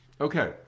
Okay